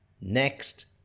next